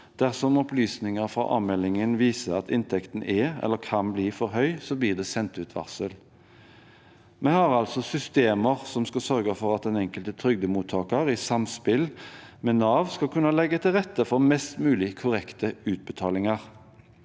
Dersom opplysninger fra a-meldingen viser at inntekten er eller kan bli for høy, blir det sendt ut varsel. Vi har altså systemer som skal sørge for at den enkelte trygdemottakeren, i samspill med Nav, skal kunne legge til rette for mest mulig korrekte utbetalinger.